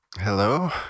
Hello